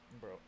bro